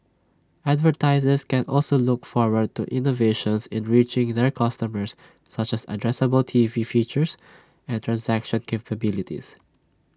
advertisers can also look forward to innovations in reaching their customers such as addressable T V features and transaction capabilities